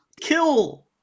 kill